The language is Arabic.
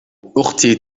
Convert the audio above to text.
أختي